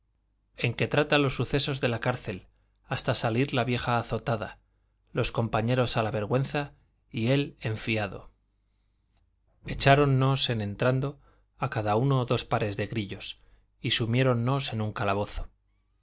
en que trata los sucesos de la cárcel hasta salir la vieja azotada los compañeros a la vergüenza y él en fiado echáronnos en entrando a cada uno dos pares de grillos y sumiéronnos en un calabozo yo